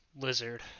lizard